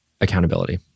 accountability